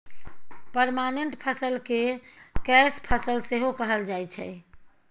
permanent फसल केँ कैस फसल सेहो कहल जाइ छै